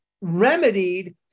remedied